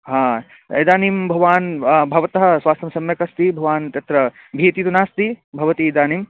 हा इदानीं भवान् भवतः स्वास्थ्यं सम्यक् अस्ति भवान् तत्र भीतिर्नास्ति भवती इदानीम्